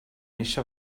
eixa